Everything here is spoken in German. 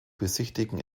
besichtigen